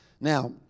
Now